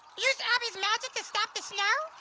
use abby's magic to stop the snow?